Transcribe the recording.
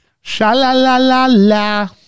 Sha-la-la-la-la